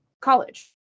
college